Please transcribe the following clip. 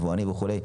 את היבואנים וכו'.